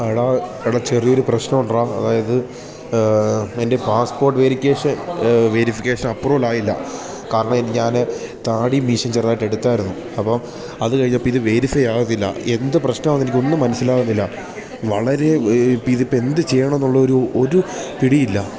എടാ എടാ ചെറിയ ഒരു പ്രശ്നമുണ്ടെടാ അതായത് എൻ്റെ പാസ്പോർട്ട് വെരിക്കേഷൻ വെരിഫിക്കേഷൻ അപ്പ്രൂവൽ ആയില്ല കാരണം ഞാൻ താടി മീശയും ചെറുതായിട്ട് എടുത്തായിരുന്നു അപ്പം അത് കഴിഞ്ഞപ്പം ഇത് വെരിഫൈ ആവുന്നില്ല എന്ത് പ്രശ്നം ആണെന്ന് എനിക്ക് ഒന്നും മനസ്സിലാവുന്നില്ല വളരെ ഇതിപ്പം എന്ത് ചെയ്യണം എന്നുള്ള ഒരു ഒരു പിടിയില്ല